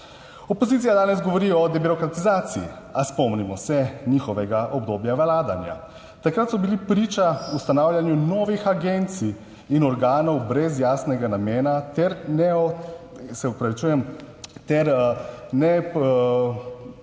Opozicija danes govori o debirokratizaciji, a spomnimo se njihovega obdobja vladanja. Takrat so bili priča ustanavljanju novih agencij in organov brez jasnega namena ter neo,